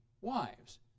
wives